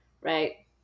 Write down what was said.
Right